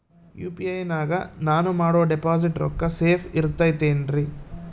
UPI ನಾಗ ನಾನು ಮಾಡೋ ಡಿಪಾಸಿಟ್ ರೊಕ್ಕ ಸೇಫ್ ಇರುತೈತೇನ್ರಿ?